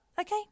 Okay